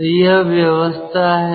तो यह व्यवस्था है